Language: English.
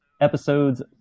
episodes